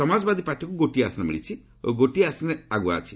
ସମାଜବାଦୀ ପାର୍ଟିକୁ ଗୋଟିଏ ଆସନ ମିଳିଛି ଓ ଗୋଟିଏ ଆସନରେ ଆଗୁଆ ଅଛି